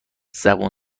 زبون